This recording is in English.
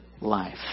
life